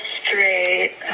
straight